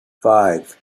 five